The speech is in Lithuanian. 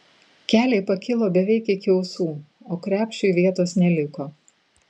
keliai pakilo beveik iki ausų o krepšiui vietos neliko